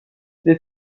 des